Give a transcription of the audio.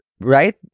right